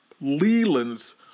Leland's